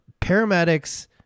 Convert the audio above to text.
paramedics